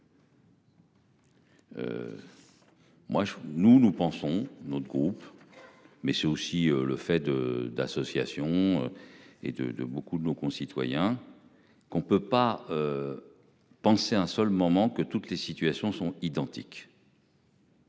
Moi, je nous nous pensons notre groupe. Mais c'est aussi le fait de d'associations. Et de, de beaucoup de nos concitoyens. Qu'on ne peut pas. Penser un seul moment que toutes les situations sont identiques.